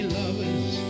lovers